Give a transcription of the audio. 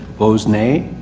opposed, nay.